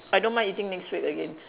I don't mind eating next week again